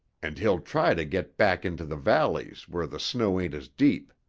and he'll try to get back into the valleys where the snow ain't as deep.